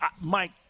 Mike